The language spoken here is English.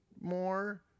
more